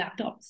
laptops